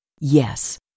Yes